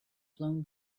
blown